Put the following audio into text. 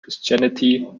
christianity